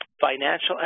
financial